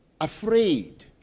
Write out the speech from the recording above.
afraid